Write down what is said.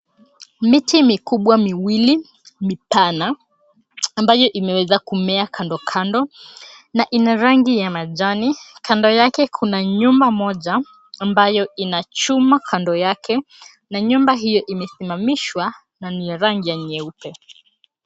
Miti mikubwa miwili mipana, ambayo imeweza kumea kando kando na ina rangi ya majani. Kando yake kuna nyumba moja ambayo ina chuma kando yake, na nyumba hiyo imesimamishwa, na ni ya rangi ya nyeupe.